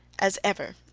as ever,